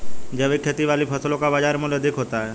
जैविक खेती वाली फसलों का बाजार मूल्य अधिक होता है